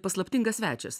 paslaptingas svečias